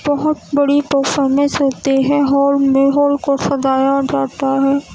بہت بڑی پرفارمنس ہوتی ہے ہال میں ہال کو سجایا جاتا ہے